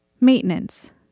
Maintenance